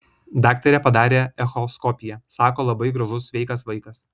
daktarė padarė echoskopiją sako labai gražus sveikas vaikas